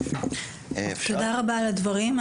תודה רבה על הדברים.